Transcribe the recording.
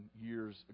years